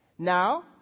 Now